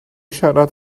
siarad